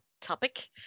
topic